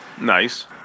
Nice